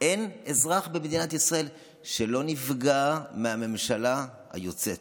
אין אזרח במדינת ישראל שלא נפגע מהממשלה היוצאת.